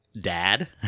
dad